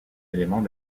éléments